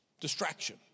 distraction